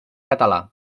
català